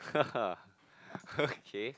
okay